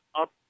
up